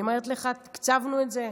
אני אומרת לך, תקצבנו את זה.